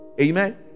Amen